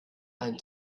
einen